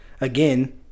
again